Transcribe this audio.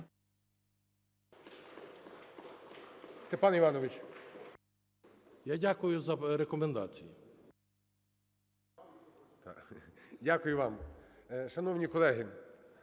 дякую за рекомендації.